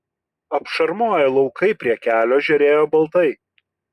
apšarmoję laukai prie kelio žėrėjo baltai